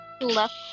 Left